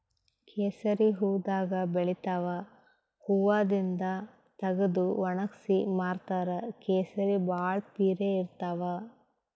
ಕೇಸರಿ ಹೂವಾದಾಗ್ ಬೆಳಿತಾವ್ ಹೂವಾದಿಂದ್ ತಗದು ವಣಗ್ಸಿ ಮಾರ್ತಾರ್ ಕೇಸರಿ ಭಾಳ್ ಪಿರೆ ಇರ್ತವ್